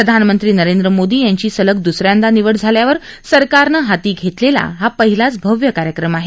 प्रधानमंत्रीपदी नरेंद्र मोदी यांची सलग दुस यांदा निवड झाल्यावर सरकारनं हाती घेतलेला हा पहिलाच भव्य कार्यक्रम आहे